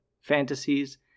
fantasies